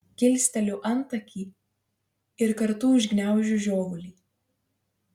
kilsteliu antakį ir kartu užgniaužiu žiovulį